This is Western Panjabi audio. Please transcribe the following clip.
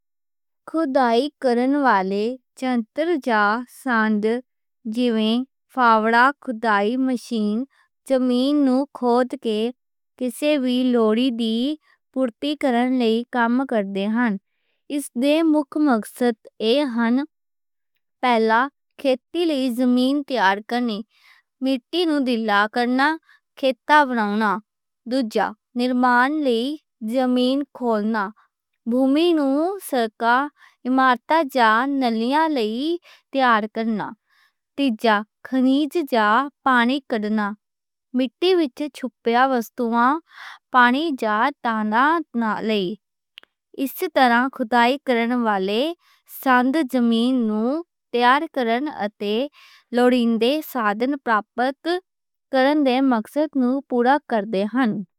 خدائی کرن والے کی اے جیویں فاؤڑا، خدائی مشین، زمین نوں کھود کے کسے وی لوڑ دی پُرتی کر لے کم کردے ہن۔ پہلا کھیتی لئی زمین تیار کرنا، مٹی نوں ڈھیلا کرنا، کھیتاں بناؤنا۔ دوجا نرمان لئی زمین کھودنا، بھومی نوں سرکا، عمارت جا نالیاں لئی تیار کرنا۔ تیجا کھنیج جا پانی کڈھنا، مٹی وچ چھپی وسطواں، پانی جا تالہ لئی۔ اس طرح خدائی کرن والی سانڈھا تے، میں اوتھے آلے تے اینے تے لوڑیں تھے سادھن پرابت کرن دے مقصد نوں پورا کر لے ہن۔